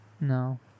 No